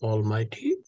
Almighty